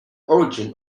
origin